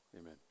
Amen